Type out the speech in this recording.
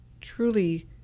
truly